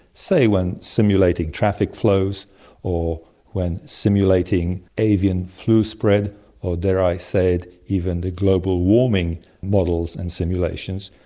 say when simulating traffic flows or when simulating avian flu spread or, dare i say it, even the global warming models and simulations,